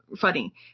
funny